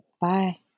Bye